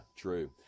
true